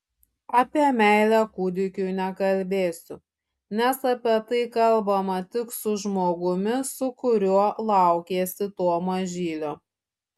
apie meilę kūdikiui nekalbėsiu nes apie tai kalbama tik su žmogumi su kuriuo laukiesi to mažylio